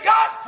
God